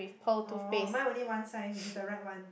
oh mine only one sign which is the right one